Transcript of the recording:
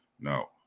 No